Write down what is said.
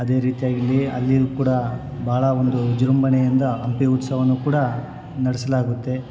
ಅದೇ ರೀತಿಯಾಗಿ ಇಲ್ಲಿ ಅಲ್ಲಿಯು ಕೂಡ ಭಾಳ ಒಂದು ವಿಜೃಂಭಣೆಯಿಂದ ಹಂಪಿ ಉತ್ಸವ ಕೂಡ ನಡೆಸ್ಲಾಗುತ್ತೆ